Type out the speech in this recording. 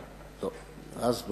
אז,